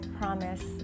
promise